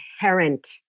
inherent